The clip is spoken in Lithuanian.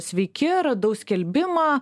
sveiki radau skelbimą